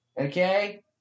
Okay